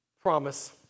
promise